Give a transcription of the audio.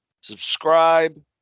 subscribe